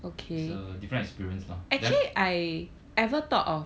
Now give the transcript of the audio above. it's a different experience lah